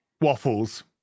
waffles